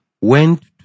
went